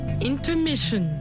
intermission